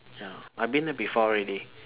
ya I've been there before already